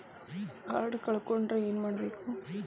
Card ಕಳ್ಕೊಂಡ್ರ ಏನ್ ಮಾಡಬೇಕು?